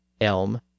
elm